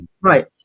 right